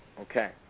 Okay